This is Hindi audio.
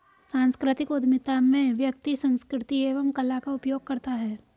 सांस्कृतिक उधमिता में व्यक्ति संस्कृति एवं कला का उपयोग करता है